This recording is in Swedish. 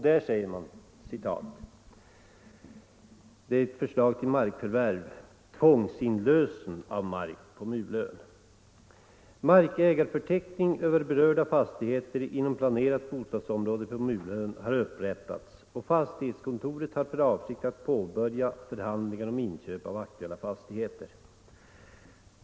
Där säger man: Markägarförteckning över berörda fastigheter inom planerat bostadsområde på Mulön har upprättats och fastighetskontoret har för avsikt att påbörja förhandlingar om inköp av aktuella fastigheter.